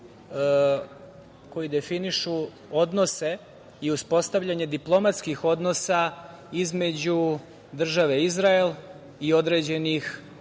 koji definišu odnose i uspostavljanje diplomatskih odnosa između države Izrael i određenih arapskih